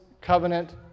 Covenant